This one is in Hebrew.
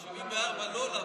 אחמד, 74, לא.